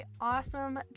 awesome